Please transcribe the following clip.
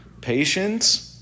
Patience